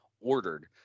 ordered